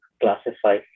classify